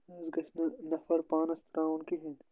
نہ حظ گَژھِ نہٕ نَفر پانَس ترٛاوُن کِہیٖنۍ